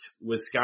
Wisconsin